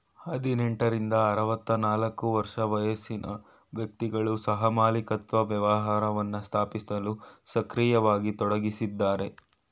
ಹದಿನೆಂಟ ರಿಂದ ಆರವತ್ತನಾಲ್ಕು ವರ್ಷ ವಯಸ್ಸಿನ ವ್ಯಕ್ತಿಗಳು ಸಹಮಾಲಿಕತ್ವ ವ್ಯವಹಾರವನ್ನ ಸ್ಥಾಪಿಸಲು ಸಕ್ರಿಯವಾಗಿ ತೊಡಗಿಸಿದ್ದಾರೆ